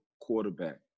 quarterback